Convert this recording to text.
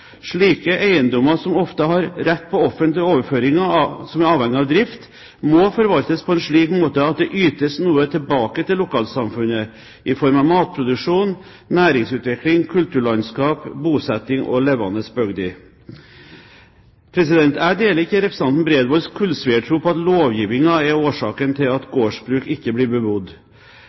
Slike eiendommer, som ofte har rett til offentlige overføringer, som er avhengig av drift, må forvaltes på en slik måte at det ytes noe tilbake til lokalsamfunnet i form av matproduksjon, næringsutvikling, kulturlandskap, bosetting og levende bygder. Jeg deler ikke representanten Bredvolds kullsviertro på at lovgivningen er årsaken til at gårdsbruk ikke blir bebodd.